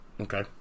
Okay